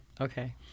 Okay